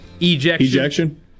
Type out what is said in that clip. Ejection